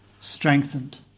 strengthened